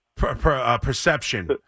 perception